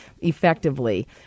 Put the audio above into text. effectively